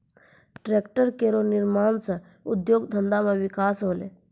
tractor केरो निर्माण सँ उद्योग धंधा मे बिकास होलै